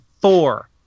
four